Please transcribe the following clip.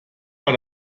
war